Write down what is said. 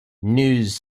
news